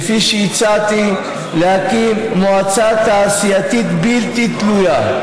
כפי שהצעתי, יש להקים מועצה תעשייתית בלתי תלויה,